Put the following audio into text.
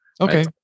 okay